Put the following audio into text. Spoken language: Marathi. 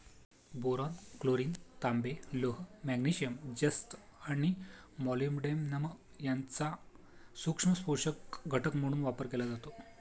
बोरॉन, क्लोरीन, तांबे, लोह, मॅग्नेशियम, जस्त आणि मॉलिब्डेनम यांचा सूक्ष्म पोषक घटक म्हणून वापर केला जातो